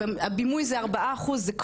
הבימוי זה ארבעה אחוז, זה כלום.